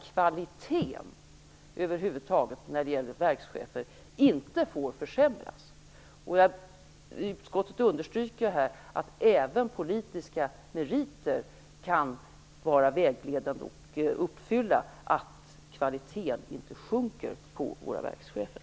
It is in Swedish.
Kvaliteten får inte försämras när det gäller verkschefer. Utskottet understryker att även politiska meriter kan vara vägledande och uppfylla kravet att kvaliteten inte skall sjunka när det gäller våra verkschefer.